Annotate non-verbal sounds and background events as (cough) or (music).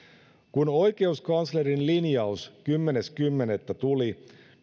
kun oikeuskanslerin linjaus kymmenes kymmenettä tuli (unintelligible)